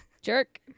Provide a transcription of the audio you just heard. Jerk